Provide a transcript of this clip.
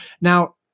Now